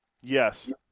Yes